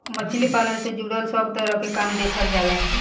मछली पालन से जुड़ल सब तरह के काम देखल जाला